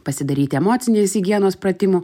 pasidaryti emocinės higienos pratimų